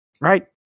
Right